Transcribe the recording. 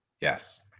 Yes